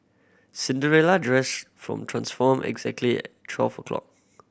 Cinderella dress transformed exactly twelve o'clock